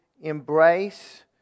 embrace